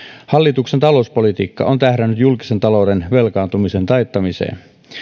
hallituksen talouspolitiikka on tähdännyt julkisen talouden velkaantumisen taittamiseen